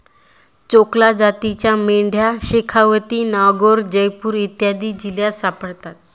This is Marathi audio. चोकला जातीच्या मेंढ्या शेखावती, नागैर, जयपूर इत्यादी जिल्ह्यांत सापडतात